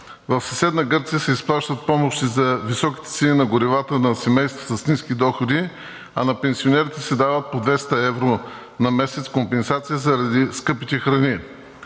в съседна Гърция се изплащат помощи за високите цени на горивата на семейства с ниски доходи, а на пенсионерите се дават по 200 евро на месец като компенсация заради скъпите храни.